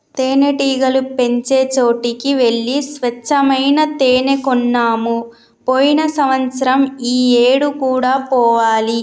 తేనెటీగలు పెంచే చోటికి వెళ్లి స్వచ్చమైన తేనే కొన్నాము పోయిన సంవత్సరం ఈ ఏడు కూడా పోవాలి